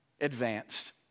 advanced